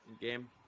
game